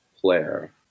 player